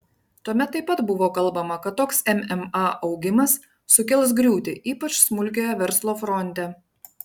tuomet taip pat buvo kalbama kad toks mma augimas sukels griūtį ypač smulkiojo verslo fronte